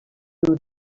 who